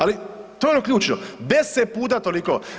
Ali to je ključno, 10 puta toliko.